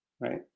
Right